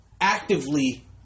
actively